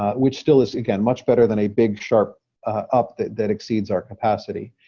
which still is, again, much better than a big sharp up that exceeds our capacity.